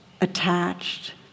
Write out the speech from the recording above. attached